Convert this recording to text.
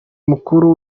mukuru